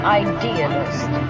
idealist